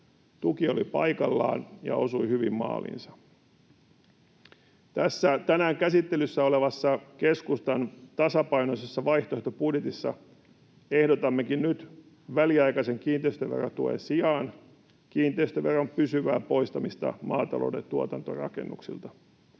Tuki oli paikallaan ja osui hyvin maaliinsa. Tässä tänään käsittelyssä olevassa keskustan tasapainoisessa vaihtoehtobudjetissa ehdotammekin nyt väliaikaisen kiinteistöverotuen sijaan kiinteistöveron pysyvää poistamista maatalouden tuotantorakennuksilta.